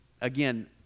again